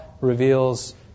reveals